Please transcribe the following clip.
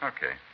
Okay